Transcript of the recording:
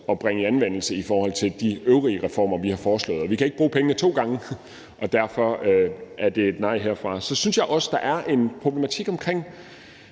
at bringe i anvendelse i forhold til de øvrige reformer, vi har foreslået, men vi kan ikke bruge pengene to gange, og derfor er det et nej herfra. Så synes jeg også, at der en problematik omkring